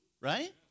right